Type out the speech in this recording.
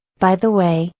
by the way,